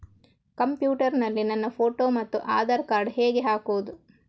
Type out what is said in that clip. Computer ನಲ್ಲಿ ನನ್ನ photo ಮತ್ತು ಆಧಾರ್ ಕಾರ್ಡ್ ಹೇಗೆ ಹಾಕುವುದು?